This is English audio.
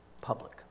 public